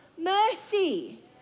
mercy